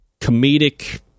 comedic